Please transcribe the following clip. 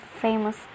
famous